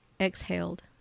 exhaled